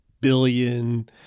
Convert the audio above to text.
billion